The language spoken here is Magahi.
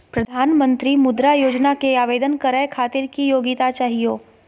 प्रधानमंत्री मुद्रा योजना के आवेदन करै खातिर की योग्यता चाहियो?